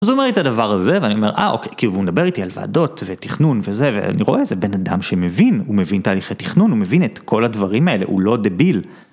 אז הוא אומר לי את הדבר הזה ואני אומר אה אוקיי כי הוא מדבר איתי על ועדות ותכנון וזה ואני רואה זה בן אדם שמבין, הוא מבין תהליכי תכנון, הוא מבין את כל הדברים האלה, הוא לא דביל.